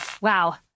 Wow